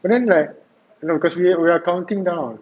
but then like no because we're we are counting down